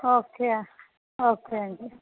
okay okay అండి